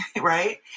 right